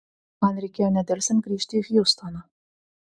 man reikėjo nedelsiant grįžti į hjustoną